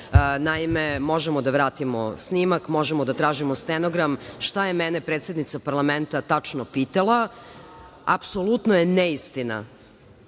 iznete. Naime, možemo da vratimo snimak, možemo da tražimo stenogram šta je mene predsednica parlamenta tačno pitala. Apsolutno je neistina